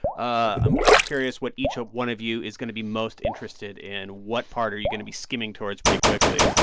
i'm curious what each one of you is going to be most interested in. what part are you going to be skimming towards pretty quickly?